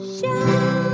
Show